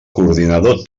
coordinador